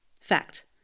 Fact